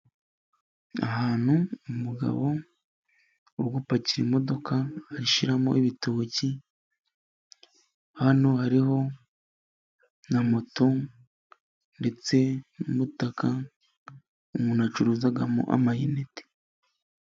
Ahantu umugabo uri gupakira imodoka ashyiramo ibitoki, hano hariho na moto ndetse n'umutaka, umuntu acuruzamo amayinite.